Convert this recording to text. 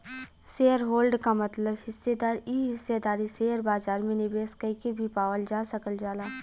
shareholder क मतलब हिस्सेदार इ हिस्सेदारी शेयर बाजार में निवेश कइके भी पावल जा सकल जाला